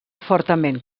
fortament